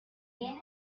the